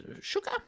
Sugar